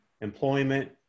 employment